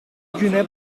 güne